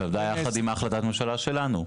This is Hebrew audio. שירדה יחד עם ההחלטת ממשלה שלנו,